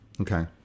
Okay